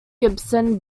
gibson